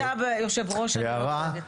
כשאתה יושב-ראש, אני לא דואגת.